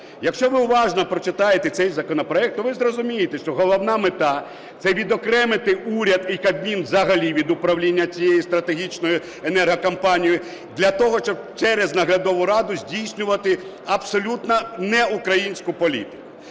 Якщо ви уважно прочитаєте цей законопроект, то ви зрозумієте, що головна мета – це відокремити уряд і Кабмін взагалі від управління цією стратегічною енергокомпанією для того, щоб через наглядову раду здійснювати абсолютно неукраїнську політику.